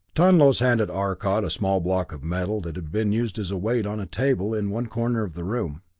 tonlos handed arcot a small block of metal that had been used as a weight on a table in one corner of the room.